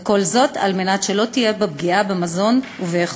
וכל זאת על מנת שלא תהיה פגיעה במזון ובאיכותו.